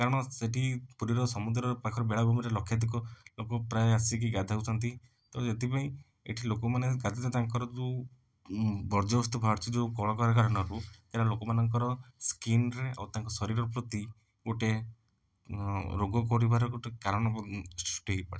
କାରଣ ସେଠି ପୁରୀର ସମୁଦ୍ର ପାଖର ବେଳାଭୂମିରେ ଲକ୍ଷାଧିକ ଲୋକ ପ୍ରାୟ ଆସିକି ଗାଧୋଉଛନ୍ତି ତ ସେଥିପାଇଁ ଏଠି ଲୋକମାନେ ତାଙ୍କର ଯେଉଁ ବର୍ଜ୍ୟବସ୍ତୁ ବାହାରୁଛି ଯେଉଁ କଳକାରଖାନାରୁ ସେଇଟା ଲୋକମାନଙ୍କର ସ୍କିନ୍ରେ ଆଉ ତାଙ୍କ ଶରୀର ପ୍ରତି ଗୋଟେ ରୋଗ କରିବାର ଗୋଟେ କାରଣ ମଧ୍ୟ ଉଁ ସୃଷ୍ଟି ହେଇପାରିଥାଏ